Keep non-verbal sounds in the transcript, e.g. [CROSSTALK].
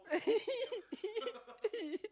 [LAUGHS]